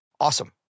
awesome